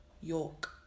York